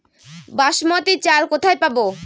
বাসমতী চাল কোথায় পাবো?